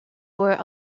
were